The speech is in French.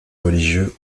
religieux